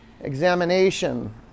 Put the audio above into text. examination